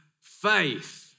faith